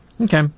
Okay